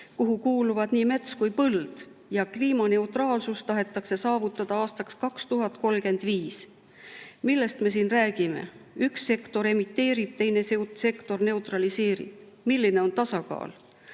kuhu kuuluvad nii mets kui ka põld, ja kliimaneutraalsus tahetakse saavutada aastaks 2035, millest me siin räägime? Üks sektor emiteerib, teine sektor neutraliseerib. Milline on tasakaal?